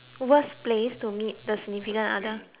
to meet the significant other